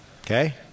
okay